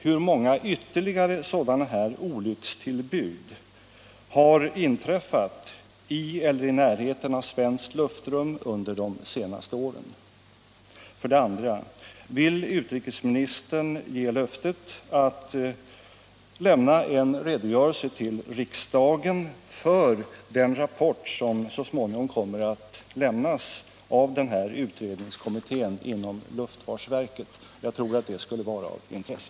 Hur många ytterligare sådana här olyckstillbud har inträffat i eller i närheten av svenskt luftrum under de senaste åren? 2. Vill utrikesministern ge löfte om att lämna en redogörelse till riksdagen för den rapport som så småningom kommer att lämnas av den av luftfartsverket tillsatta utredningskommittén? Jag tror att det skulle vara av intresse.